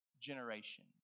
Generation